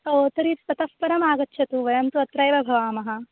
ओ तर्हि ततः परं आगच्छतु वयं तु अत्रैव भवामः